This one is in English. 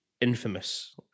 infamous